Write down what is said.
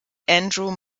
andrew